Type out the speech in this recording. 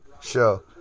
show